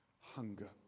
Hunger